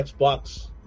Xbox